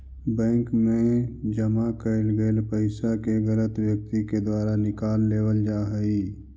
bank मैं जमा कैल गेल पइसा के गलत व्यक्ति के द्वारा निकाल लेवल जा हइ